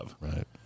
right